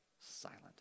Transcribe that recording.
silent